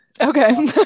Okay